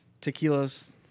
tequila's